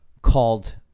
Called